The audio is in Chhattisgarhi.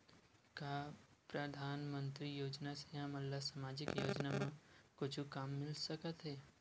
का परधानमंतरी योजना से हमन ला सामजिक योजना मा कुछु काम मिल सकत हे?